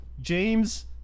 James